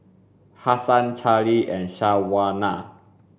Hasan Charlee and Shawna